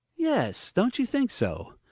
yes, don't you think so?